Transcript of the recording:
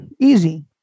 easy